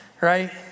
right